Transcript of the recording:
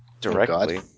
Directly